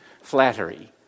Flattery